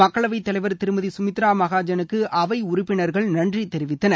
மக்களவைத்தலைவர் திருமதி கமித்ரா மகாஜனுக்கு அவை உறுப்பினர்கள் நன்றி தெரிவித்தனர்